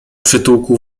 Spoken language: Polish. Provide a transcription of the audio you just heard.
przytułku